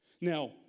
Now